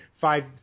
five